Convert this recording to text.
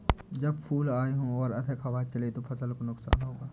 जब फूल आए हों और अधिक हवा चले तो फसल को नुकसान होगा?